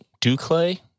Duclay